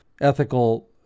ethical